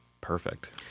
perfect